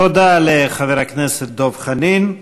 תודה לחבר הכנסת דב חנין.